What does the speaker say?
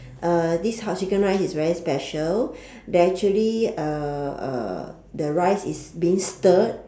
uh this house chicken rice is very special they actually uh uh the rice is being stirred